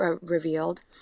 Revealed